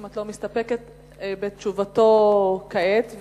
אם את לא מסתפקת בתשובתו כעת,